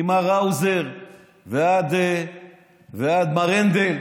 ממר האוזר ועד מר הנדל.